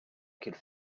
could